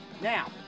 Now